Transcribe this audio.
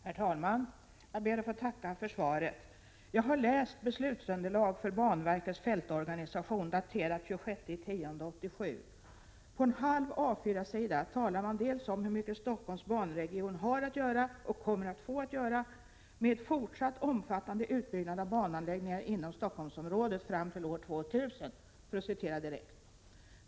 Herr talman! Jag ber att få tacka för svaret. Jag har läst ”Beslutsunderlag för banverkets fältorganisation”, daterat den 26 oktober 1987. På en halv A 4-sida talar man först om hur mycket Stockholms banregion har att göra och kommer att få att göra med ”fortsatt omfattande utbyggnad av bananläggningar inom Stockholmsområdet fram till år 2000”.